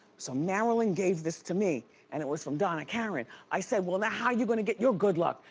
so marilyn gave this to me and it was from donna karan. i said, well now how're you gonna get your good luck?